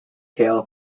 tail